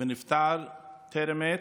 ונפטר בטרם עת.